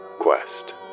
quest